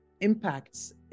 impacts